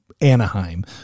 Anaheim